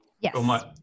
Yes